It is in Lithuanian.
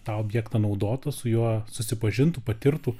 tą objektą naudotų su juo susipažintų patirtų